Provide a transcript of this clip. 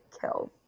kill